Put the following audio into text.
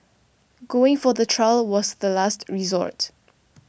going for the trial was the last resort